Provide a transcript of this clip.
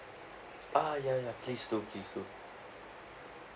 ah ya ya please do please do